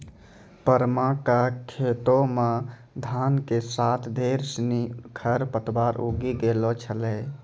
परमा कॅ खेतो मॅ धान के साथॅ ढेर सिनि खर पतवार उगी गेलो छेलै